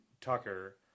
Tucker